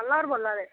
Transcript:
दकाना परां बोल्ला दे